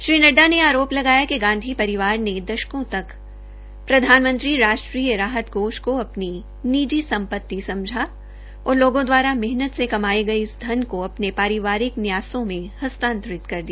श्री नड्डा ने आरोप लगाया कि गांधी परिवार ने दशकों तक प्रधानमंत्री राष्ट्रीय राहत कोष को अपनी निजी संपत्ति समझा और लोगों द्वारा मेहनत से कमाए गए इस धन को अपने परिवारिक न्यासों में हस्तांतरित कर दिया